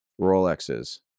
Rolexes